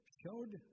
showed